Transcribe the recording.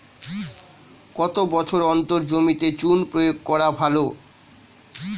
কত বছর অন্তর জমিতে চুন প্রয়োগ করা ভালো?